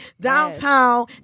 Downtown